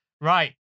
Right